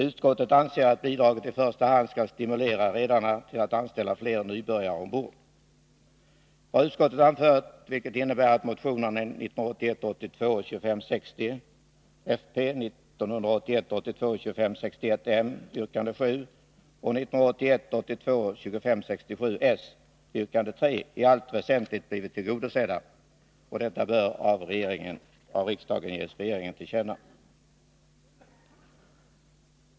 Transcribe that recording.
Utskottet anser att bidraget i första hand skall stimulera redarna till att anställa fler nybörjare ombord. blivit tillgodosedda, bör av riksdagen ges regeringen till känna.